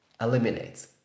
eliminates